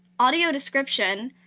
audio description,